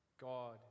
God